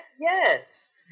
yes